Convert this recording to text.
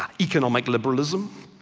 ah economic liberalism,